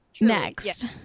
Next